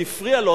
זה הפריע לו,